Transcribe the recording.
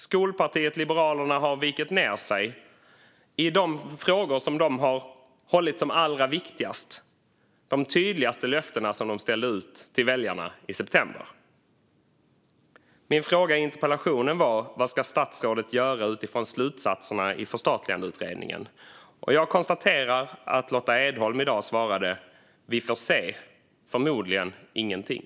Skolpartiet Liberalerna har vikt ned sig i de frågor som de har hållit som de allra viktigaste och i fråga om de tydligaste löftena som de ställde ut till väljarna i september. Min fråga i interpellationen var: Vad avser statsrådet att göra med anledning av slutsatserna i förstatligandeutredningen? Jag konstaterar att Lotta Edholm i dag svarade "vi får se". Förmodligen ingenting.